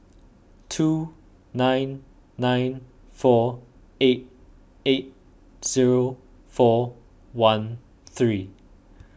two nine nine four eight eight zero four one three